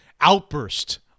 outburst